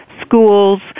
schools